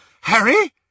Harry